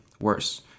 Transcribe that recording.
worse